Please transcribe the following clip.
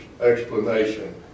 explanation